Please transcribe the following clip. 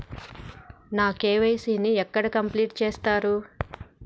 నా కే.వై.సీ ని ఎక్కడ కంప్లీట్ చేస్తరు?